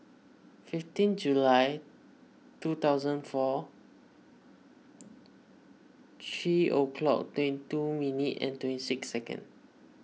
fifteen July two thousand four three o'clock twenty two minute and twenty six second